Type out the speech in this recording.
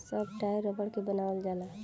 सब टायर रबड़ के बनावल जाला